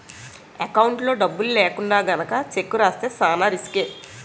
ఎకౌంట్లో డబ్బులు లేకుండా గనక చెక్కు రాస్తే చానా రిసుకే